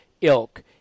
ilk